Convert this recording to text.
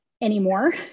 anymore